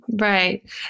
Right